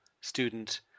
student